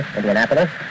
Indianapolis